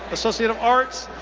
associate of arts,